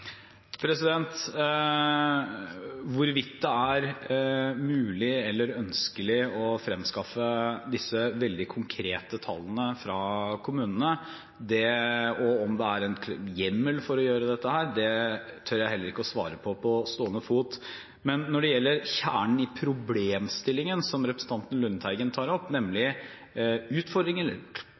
Hvorvidt det er mulig eller ønskelig å fremskaffe disse veldig konkrete tallene fra kommunene, og om det er en hjemmel for å gjøre dette, tør jeg heller ikke svare på på stående fot. Men når det gjelder kjernen i problemstillingen som representanten Lundteigen tar opp, nemlig